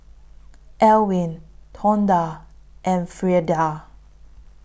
Elwin Tonda and Freida